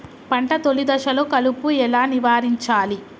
పంట తొలి దశలో కలుపు ఎలా నివారించాలి?